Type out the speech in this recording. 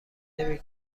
نمی